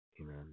Amen